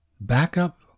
Backup